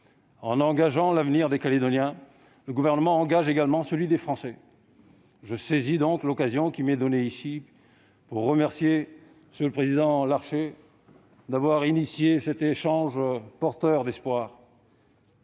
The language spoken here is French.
En engageant l'avenir des Calédoniens, le Gouvernement engage également celui des Français. Je saisis donc l'occasion qui m'est donnée ici pour remercier le président Larcher d'avoir pris l'initiative de cet échange porteur d'espoir.